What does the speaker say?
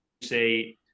say